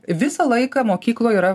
visą laiką mokykloje yra